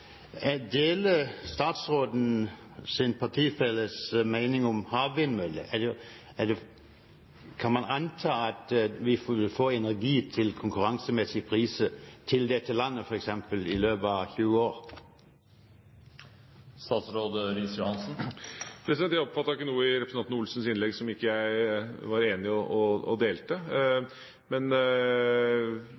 Jeg deler statsrådens partifelles mening om havvindmøller. Kan man anta at vi vil få energi til konkurransemessig pris til dette landet f.eks. i løpet av 20 år? Jeg oppfattet ikke noe i representanten Olsens innlegg som jeg ikke var enig i eller delte